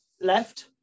left